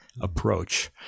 approach